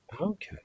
Okay